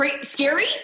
Scary